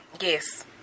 Yes